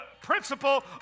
principle